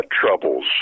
troubles